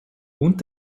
und